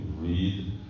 read